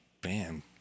Bam